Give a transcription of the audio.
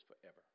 forever